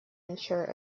ensure